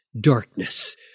darkness